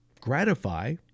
gratify